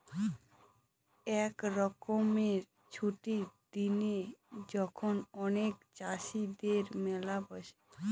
এক রকমের ছুটির দিনে যখন অনেক চাষীদের মেলা বসে